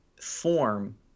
form